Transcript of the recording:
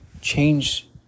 change